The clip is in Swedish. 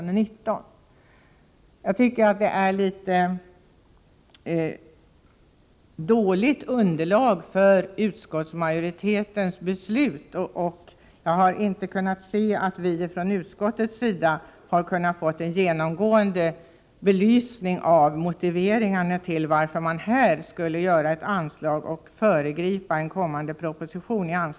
Jag tycker att utskottsmajoriteten har litet dåligt underlag för beslut. Jag har inte kunnat se att vi från utskottets sida har fått någon genomgående belysning av motiveringarna till att man här skulle anvisa ett anslag och därmed föregripa den kommande propositionen.